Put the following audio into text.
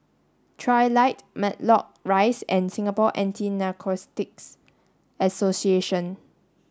Trilight Matlock Rise and Singapore Anti Narcotics Association